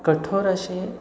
कठोर असे